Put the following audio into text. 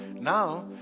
Now